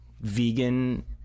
Vegan